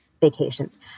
vacations